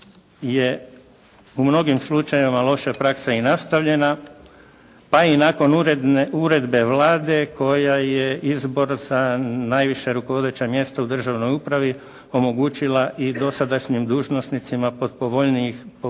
u mnogim slučajevima loša praksa i nastavljena pa i nakon uredbe Vlade koja je izbor za najviša rukovodeća mjesta u državnoj upravi omogućila i dosadašnjim dužnosnicima pod povoljnijim uvjetima